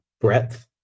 breadth